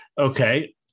Okay